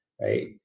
Right